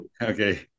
Okay